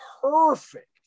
perfect